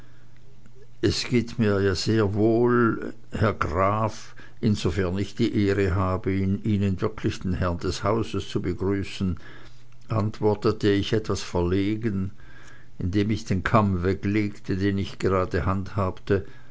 es geht mir ja sehr wohl herr graf insofern ich die ehre habe in ihnen wirklich den herren des hauses zu begrüßen antwortete ich etwas verlegen indem ich den kamm weglegte den ich gerade handhabte